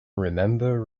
remember